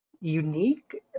unique